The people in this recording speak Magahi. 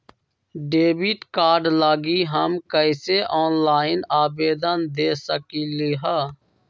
डेबिट कार्ड लागी हम कईसे ऑनलाइन आवेदन दे सकलि ह?